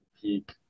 peak